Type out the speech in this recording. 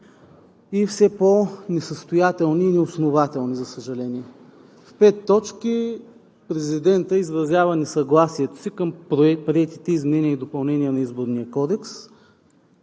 и все по-несъстоятелни и неоснователни. В пет точки президентът изразява несъгласието си към приетите изменения и допълнения на Изборния кодекс,